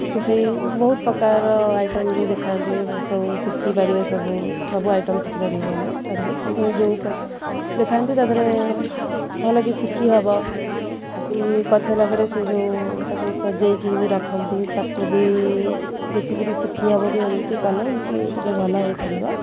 ତ ସେହି ବହୁତ ପ୍ରକାର ଆଇଟମ୍ ବି ଦେଖାନ୍ତି ସବୁ ଶିଖିପାରିବେ ସବୁ ସବୁ ଆଇଟମ୍ ଶିଖିପାରିବୁ ଆମେ ତା ଦେହରେ ସେ ଯେଉଁ ଦେଖାନ୍ତି ତା ଦେହରେ ଭଲକି ଶିଖିହେବ କରିସାରିଲା ପରେ ସେ ଯେଉଁ ତାକୁ ସଜାଇକରି ବି ରଖନ୍ତି ତାକୁ ବି ଦେଖିକରି ଶିଖିହେବ ଯେ ଏମିତି କଲେ ଏମିତି ଟିକିଏ ଭଲ ହୋଇପାରିବ